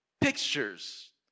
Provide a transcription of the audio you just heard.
pictures